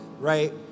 right